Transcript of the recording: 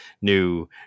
new